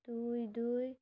দুই দুই